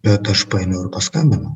bet aš paėmiau ir paskambinau